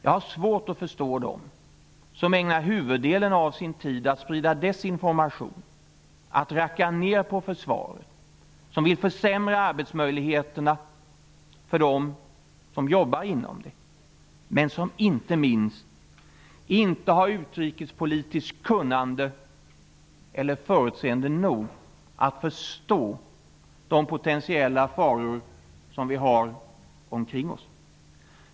Jag har svårt att förstå dem som ägnar huvuddelen av sin tid åt att sprida desinformation och racka ner på försvaret, som vill försämra arbetsmöjligheterna för dem som jobbar inom försvaret och som -- inte minst -- saknar tillräckligt utrikespolitiskt kunnande och förutseende för att förstå de potentiella faror som vi har omkring oss.